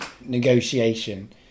negotiation